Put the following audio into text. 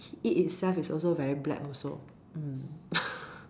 it itself is also very black also mm